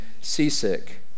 seasick